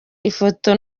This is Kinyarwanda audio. ifoto